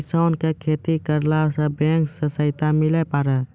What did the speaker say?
किसान का खेती करेला बैंक से सहायता मिला पारा?